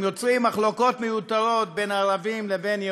הם יוצרים מחלוקות מיותרות בין ערבים לבין יהודים.